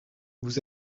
vous